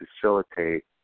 facilitate